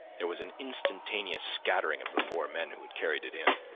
there was an instantaneous scattering of the four men who had carried it in,